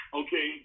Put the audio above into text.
okay